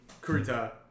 Kurita